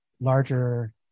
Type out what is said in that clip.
larger